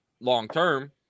long-term